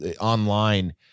online